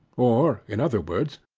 or in other words,